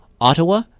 Ottawa